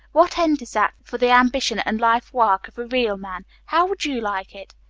what end is that for the ambition and life work of a real man? how would you like it?